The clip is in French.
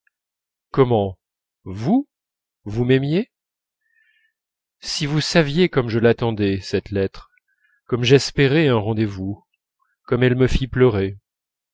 comment vous vous m'aimiez si vous saviez comme je l'attendais cette lettre comme j'espérais un rendez-vous comme elle me fit pleurer